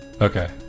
Okay